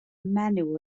menyw